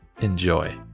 enjoy